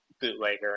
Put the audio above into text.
Bootlegger